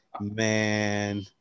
Man